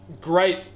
great